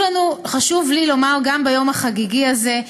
וחשוב לי לומר גם ביום החגיגי הזה,